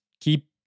keep